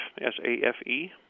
s-a-f-e